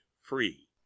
free